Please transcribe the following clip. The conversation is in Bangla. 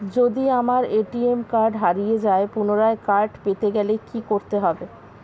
যদি আমার এ.টি.এম কার্ড হারিয়ে যায় পুনরায় কার্ড পেতে গেলে কি করতে হবে?